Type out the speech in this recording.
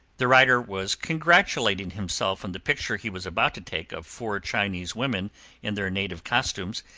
the writer was congratulating himself on the picture he was about to take of four chinese women in their native costumes,